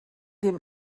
dem